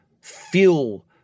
fuel